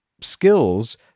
skills